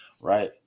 right